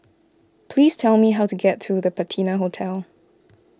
please tell me how to get to the Patina Hotel